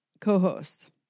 co-host